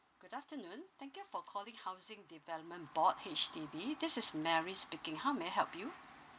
good afternoon thank you for calling housing development board H_D_B this is mary speaking how may I help you